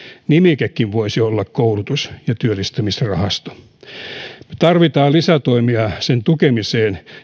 nimikekin voisi olla koulutus ja työllistämisrahasto me tarvitsemme lisätoimia sen tukemiseen